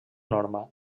norma